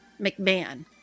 McMahon